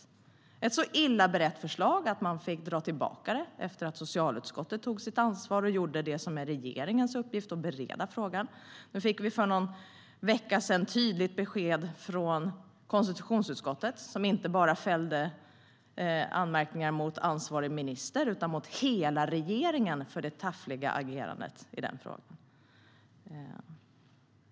Förslaget var så illa berett att man fick dra tillbaka det efter att socialutskottet tagit sitt ansvar och gjort det som är regeringens uppgift: att bereda frågan. För någon vecka sedan fick vi tydligt besked från konstitutionsutskottet, som fällde anmärkningar inte bara mot ansvarig minister utan mot hela regeringen för det taffliga agerandet i frågan.